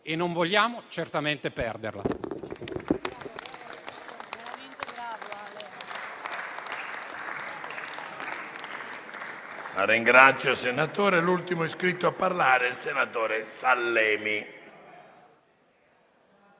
e non vogliamo certamente perderla.